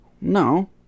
No